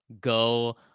go